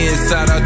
Inside